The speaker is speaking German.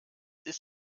ist